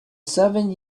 seven